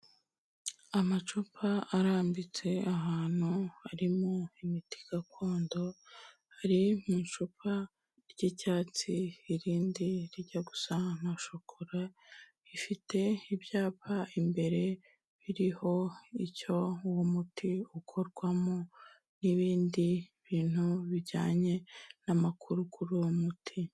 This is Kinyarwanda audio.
Amacupa arambitse ahantu harimo imiti gakondo, ari mu icupa ry'icyatsi irindi rijya gusa na shokora bifite ibyapa imbere biriho icyo uwo muti ukorwamo n'ibindi bintu bijyanye n'amakuru kuri uwo muti.